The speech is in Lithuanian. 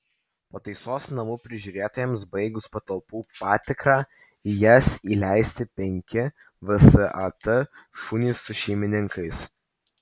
pataisos namų prižiūrėtojams baigus patalpų patikrą į jas įleisti penki vsat šunys su šeimininkais